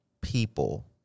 people